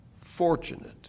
fortunate